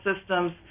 systems